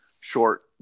short